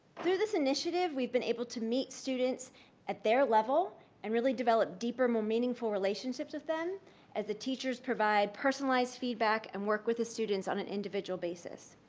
through this initiative, we've been able to meet students at their level and really develop deeper, more meaningful relationships with them as the teachers provide personalized feedback and work with the students on an individual basis.